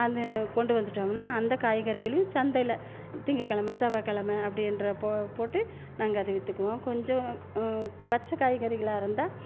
அந்த கொண்டு வந்துட்டோம்னால் அந்த காய்கறிகளையும் சந்தையில் திங்கக்கிழமை செவ்வாக்கிழமை அப்படின்ற போ போட்டு நாங்கள் அதை விற்றுக்குவோம் கொஞ்சம் பச்சை காய்கறிகளாக இருந்தால்